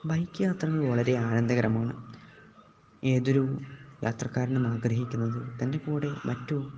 bike യാത്രകൾ വളരെ ആനന്ദകരമാണ് ഏതൊരു യാത്രക്കാരനും ആഗ്രഹിക്കുന്നതു തൻ്റെ കൂടെ മറ്റു